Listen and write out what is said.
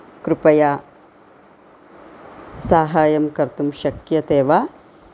कृपया साहाय्यं कर्तुं शक्यते वा